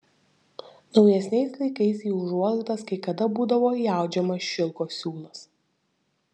naujesniais laikais į užuolaidas kai kada būdavo įaudžiamas šilko siūlas